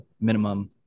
minimum